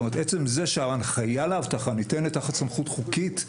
עצם זה שההנחיה לאבטחה ניתנת תחת סמכות חוקית,